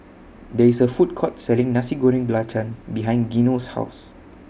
There IS A Food Court Selling Nasi Goreng Belacan behind Geno's House